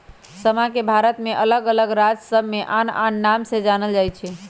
समा के भारत के अल्लग अल्लग राज सभमें आन आन नाम से जानल जाइ छइ